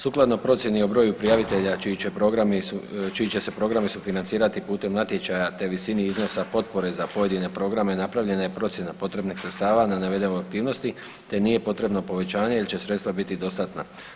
Sukladno procjeni o broju prijavitelja čiji će programi, čiji će se programi sufinancirati putem natječaja te visini iznosa potpore za pojedine programe napravljena je procjena potrebnih sredstava na navedenoj aktivnosti te nije potrebno povećanje jer će sredstva biti dostatna.